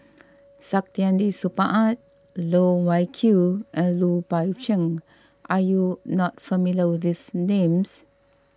Saktiandi Supaat Loh Wai Kiew and Lui Pao Chuen are you not familiar with these names